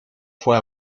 fue